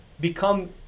become